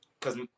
cause